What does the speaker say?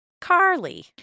Carly